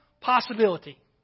possibility